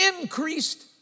increased